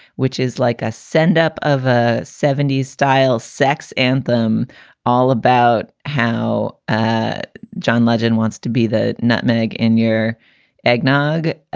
which is like a send up of ah seventy s style sex and them all about how ah john legend wants to be the nutmeg in your eggnog.